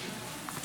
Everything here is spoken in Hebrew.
בבקשה.